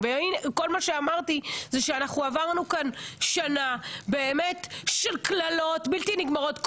כל מה שאמרתי זה שעברנו כאן שנה של קללות בלתי נגמרות,